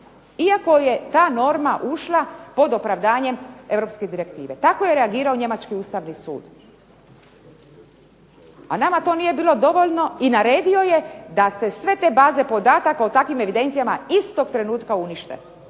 Iako je ta norma ušla pod opravdanjem Europske direktive. Tako je reagirao njemački Ustavni sud, a nama to nije bilo dovoljno i naredio je da se sve te baze podataka o takvim evidencijama istog trenutka unište,